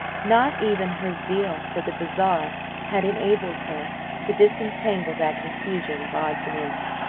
not even her zeal for the bazaar had enabled her to disentangle that confusion of odds and ends.